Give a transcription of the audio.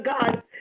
God